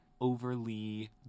overly